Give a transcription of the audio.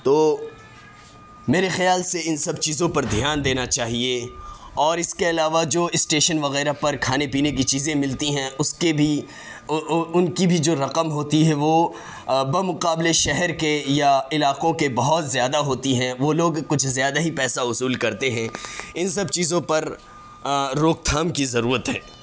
تو میرے خیال سے ان سب چیزوں پر دھیان دینا چاہیے اور اس کے علاوہ جو اسٹیشن وغیرہ پر کھانے پینے کی چیزیں ملتی ہیں اس کے بھی ان کی بھی جو رقم ہوتی ہے وہ بمقابلے شہر کے یا علاقوں کے بہت زیادہ ہوتی ہیں وہ لوگ کچھ زیادہ ہی پیسہ وصول کرتے ہیں ان سب چیزوں پر روک تھام کی ضرورت ہے